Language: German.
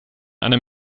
einer